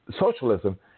socialism